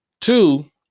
Two